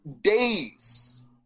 days